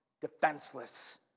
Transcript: defenseless